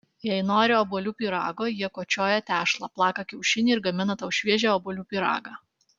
jei nori obuolių pyrago jie kočioja tešlą plaka kiaušinį ir gamina tau šviežią obuolių pyragą